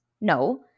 No